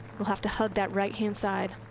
will have to hug that right-hand side.